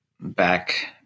back